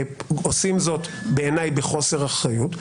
עושים זאת בעיניי בחוסר אחריות.